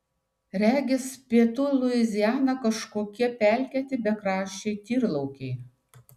regis pietų luiziana kažkokie pelkėti bekraščiai tyrlaukiai